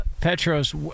Petros